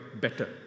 better